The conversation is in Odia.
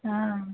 ହଁ